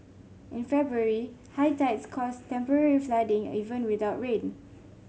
in February high tides caused temporary flooding even without rain